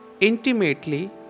intimately